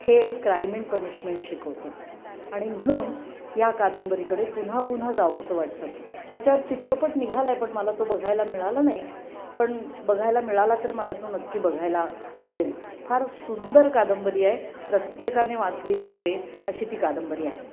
हे crime and punishment शिकवतं आणि म्हणून या कादंबरीकडे पुन्हा पुन्हा जावंसं वाटतं ह्याच्यावर चित्रपट निघाला आहे पण मला तो बघायला मिळाला नाही पण बघायला मिळाला तर मला तो नक्की बघायला आवडेल फार सुंदर कादंबरी आहे प्रत्येकाने वाचली पाहिजे अशी ती कादंबरी आहे